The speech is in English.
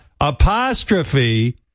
apostrophe